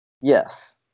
Yes